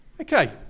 Okay